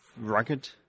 rugged